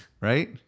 Right